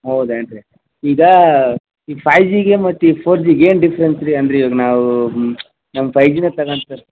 ಹೌದೇನು ರೀ ಈಗ ಈ ಫೈವ್ ಜಿಗೆ ಮತ್ತು ಈ ಫೋರ್ ಜಿಗೆ ಏನು ಡಿಫ್ರೆನ್ಸ್ ರೀ ಅಂದ್ರ ಇವಾಗ ನಾವು ನಾನು ಫೈವ್ ಜಿನೇ ತಗಳ್ತೀವಿ ರೀ